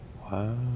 Wow